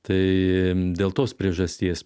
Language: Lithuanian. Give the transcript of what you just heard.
tai dėl tos priežasties